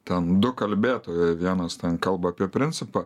ten du kalbėtojai vienas ten kalba apie principą